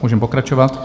Můžeme pokračovat.